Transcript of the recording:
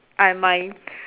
I my